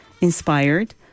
inspired